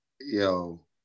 Yo